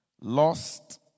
lost